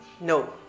no